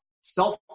self